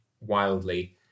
wildly